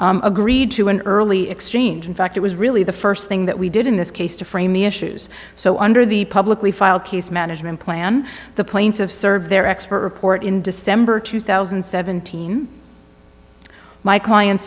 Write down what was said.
case agreed to an early exchange in fact it was really the first thing that we did in this case to frame the issues so under the publicly filed case management plan the planes have served their expert report in december two thousand and seventeen my client